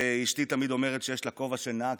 אשתי תמיד אומרת שיש לה כובע של נהג,